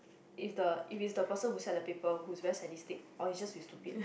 if the if it's the person who set the paper who is very sadistic or just we stupid